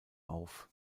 auf